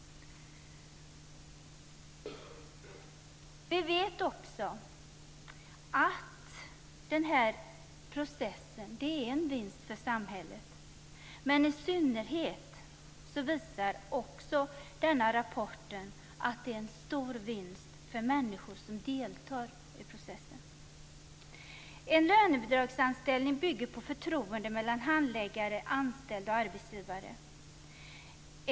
Vi vet också att processen är en vinst för samhället. I synnerhet visar rapporten att den är en stor vinst för människor som deltar i processen. En lönebidragsanställning bygger på förtroende mellan handläggare, anställda och arbetsgivare.